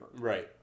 Right